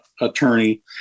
attorney